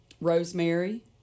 rosemary